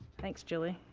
thanks, julie.